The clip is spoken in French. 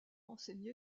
enseigné